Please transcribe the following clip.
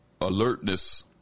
alertness